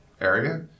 area